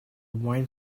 wine